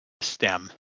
stem